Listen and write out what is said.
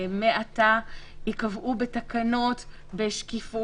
אם יש מיקור חוץ שהוא בשליטת המשרד,